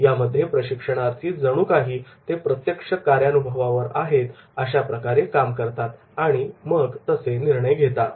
यामध्ये प्रशिक्षणार्थी जणू काही ते प्रत्यक्ष कार्यानुभवावर आहेत अशा प्रकारे काम करतात आणि तसे निर्णय घेतात